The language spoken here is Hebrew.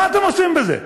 מה אתם עושים בזה?